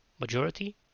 Majority